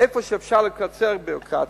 היכן שאפשר לקצר בביורוקרטיה,